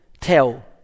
tell